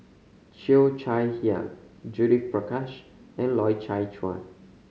Cheo Chai Hiang Judith Prakash and Loy Chye Chuan